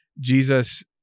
Jesus